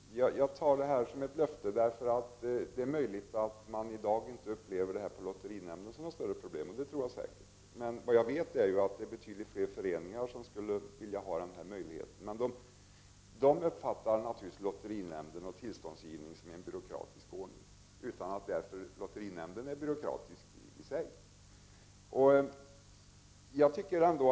Herr talman! Jag tar detta som ett löfte. Jag tror inte att man i dag på lotterinämnden upplever det här som något större problem. Jag vet dock att betydligt fler föreningar skulle vilja ha den här möjligheten. De uppfattar dock lotterinämnden och tillståndsgivningen som en byråkratisk ordning, utan att lotterinämnden för den skull är byråkratisk i sig.